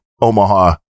Omaha